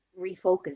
refocus